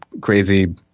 crazy